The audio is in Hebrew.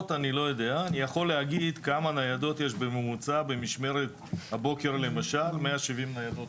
אני לא יודע כמה חסרות, אני כן יכול להגיד